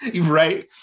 right